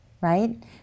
right